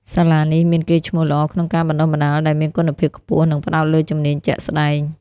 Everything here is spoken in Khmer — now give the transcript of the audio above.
សាលានេះមានកេរ្តិ៍ឈ្មោះល្អក្នុងការបណ្តុះបណ្តាលដែលមានគុណភាពខ្ពស់និងផ្តោតលើជំនាញជាក់ស្តែង។